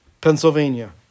Pennsylvania